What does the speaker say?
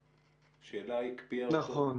נכון.